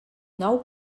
nou